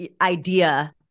idea